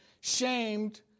shamed